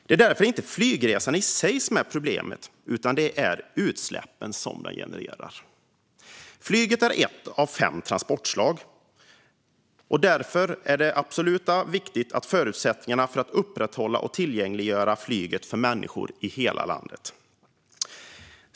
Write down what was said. Det är inte flygresan i sig som är problemet, utan det är utsläppen som den genererar. Flyget är ett av fem transportslag. Därför är det viktigt att upprätthålla och tillgängliggöra flyget för människor i hela landet.